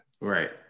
Right